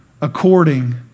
according